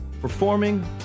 Performing